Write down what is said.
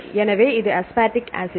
எனவே இது aspartic acid